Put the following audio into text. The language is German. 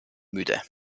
müde